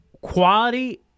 quality